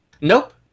Nope